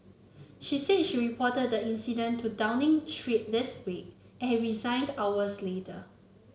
she said she reported the incident to Downing Street this wake and resigned hours later